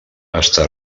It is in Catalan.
està